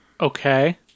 Okay